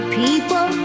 people